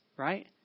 Right